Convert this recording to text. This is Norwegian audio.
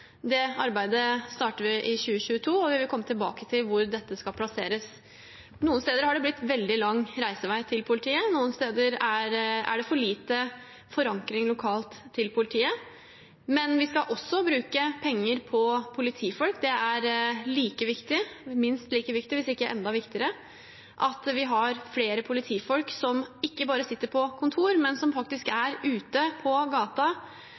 Det arbeidet starter vi i 2022, og vi vil komme tilbake til hvor dette skal plasseres. Noen steder har det blitt veldig lang reisevei til politiet. Noen steder er det for lite forankring til politiet lokalt. Men vi skal også bruke penger på politifolk. Det er minst like viktig, hvis ikke enda viktigere, at vi har flere politifolk som ikke bare sitter på kontor, men som faktisk er ute på gata,